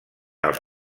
els